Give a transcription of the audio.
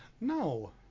No